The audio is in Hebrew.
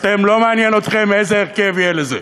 לא מעניין אתכם איזה הרכב יהיה לזה,